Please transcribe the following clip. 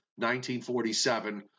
1947